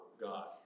God